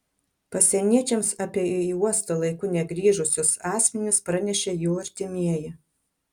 pasieniečiams apie į uostą laiku negrįžusius asmenis pranešė jų artimieji